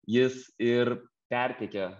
jis ir perteikia